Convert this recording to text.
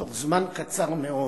בתוך זמן קצר מאוד,